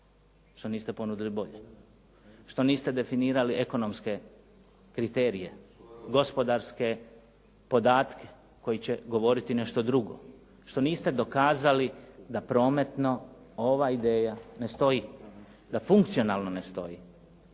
Što niste ponudili bolje? Što niste definirali ekonomske kriterije, gospodarske podatke koji će govoriti nešto drugo, što niste dokazali da prometno ova ideja ne stoji, da funkcionalno ne stoji,